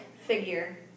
figure